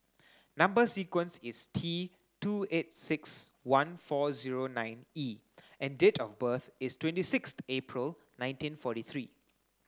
number sequence is T two eight six one four zero nine E and date of birth is twenty sixth April nineteen forty three